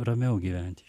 ramiau gyventi